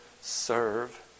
serve